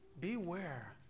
beware